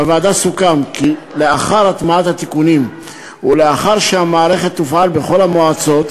בוועדה סוכם כי לאחר הטמעת התיקונים ולאחר שהמערכת תופעל בכל המועצות,